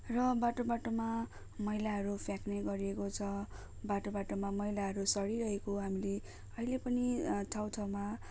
र बाटो बाटोमा मैलाहरू फ्याँक्ने गरिएको छ बाटो बाटोमा मैलाहरू सडिरहेको हामीले अहिले पनि ठाउँ ठाउँमा